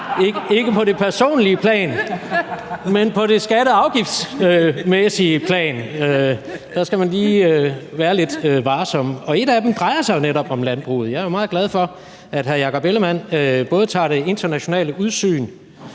ikke på det personlige plan, men på det skatte- og afgiftsmæssige plan – der skal man lige være lidt varsom – og en af dem drejer sig jo netop om landbruget. Jeg er jo meget glad for, at hr. Jakob Ellemann-Jensen har det internationale udsyn